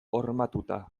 hormatuta